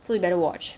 so you better watch